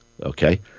Okay